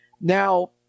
Now